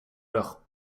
leurs